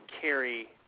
carry